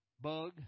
bug